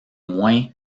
moins